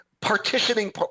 partitioning